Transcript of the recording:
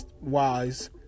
wise